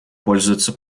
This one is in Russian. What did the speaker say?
пользуется